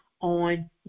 on